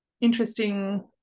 interesting